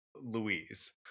Louise